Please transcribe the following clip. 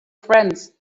friends